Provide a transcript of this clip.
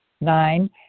Nine